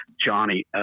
johnny